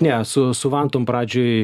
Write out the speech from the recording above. ne su su vantom pradžioj